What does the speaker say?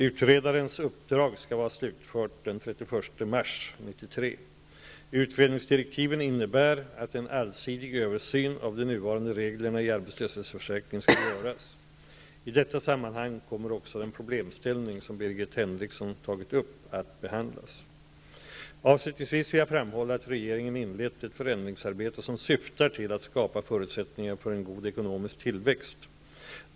Utredarens uppdrag skall vara slutfört den 31 mars 1993. Utredningsdirektiven innebär att en allsidig översyn av de nuvarande reglerna i arbetslöshetsförsäkringen skall göras. I detta sammanhang kommer också den problemställning som Birgit Henriksson har tagit upp att behandlas. Avslutningsvis vill jag framhålla att regeringen inlett ett förändringsarbete som syftar till att skapa förutsättningar för en god ekonomisk tillväxt.